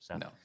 No